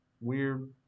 weird